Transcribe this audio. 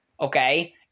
Okay